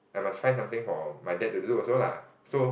I must find something for my dad to do also lah so